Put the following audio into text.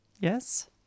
Yes